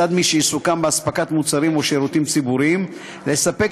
מצד מי שעיסוקם באספקת מוצרים או שירותים ציבוריים לספק